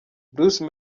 bruce